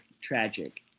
tragic